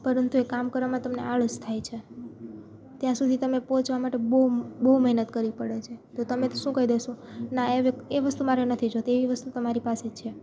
પરંતુ એ કામ કરવામાં તમને આળસ થાય છે ત્યાં સુધી તમે પહોંચવા માટે બહુ બહુ મહેનત કરવી પડે છે તો તમે શું કહી દેશો ના એ વ્ય એ વસ્તુ મારે નથી જોતી એવી વસ્તુ તો મારી પાસે છે